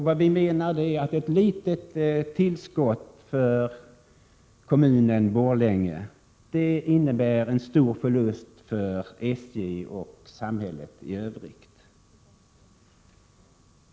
33 Så vi menar att ett litet tillskott för kommunen Borlänge innebär en stor förlust för SJ och samhället i övrigt.